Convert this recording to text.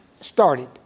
started